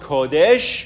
Kodesh